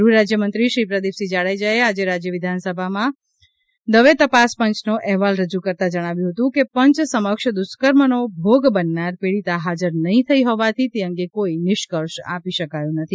ગૃહરાજ્યમંત્રી શ્રી પ્રદીપસિંહ જાડેજાએ આજે રાજ્ય વિધાનસભામાં દવે તપાસ પંચનો અહેવાલ રજુ કરતાં જણાવ્યું હતું કે પંચ સમક્ષ દુષ્કર્મનો ભોગ બનનાર પડીતા હાજર નહીં થઇ હોવાથી તે અંગે કોઇ નિષ્કર્ષ આપી શકાયો નથી